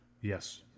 Yes